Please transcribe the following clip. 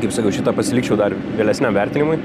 kaip sakau šitą pasilikčiau dar vėlesniam vertinimui